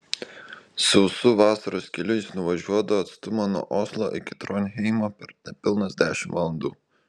sausu vasaros keliu jis nuvažiuodavo atstumą nuo oslo iki tronheimo per nepilnas dešimt valandų